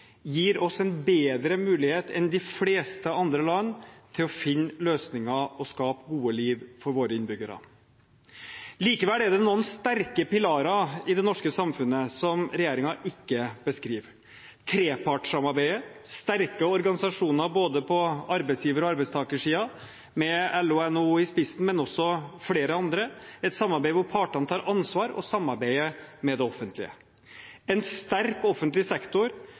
gir oss en bedre mulighet enn de fleste andre land til å finne løsninger og skape gode liv for våre innbyggere. Likevel er det noen sterke pilarer i det norske samfunnet som regjeringen ikke beskriver: trepartssamarbeidet, sterke organisasjoner på både arbeidsgiver- og arbeidstakersiden, med LO og NHO i spissen, men også flere andre, et samarbeid der partene tar ansvar og samarbeider med det offentlige, en sterk offentlig sektor